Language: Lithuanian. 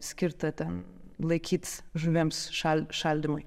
skirtą ten laikyt žuvims šal šaldymui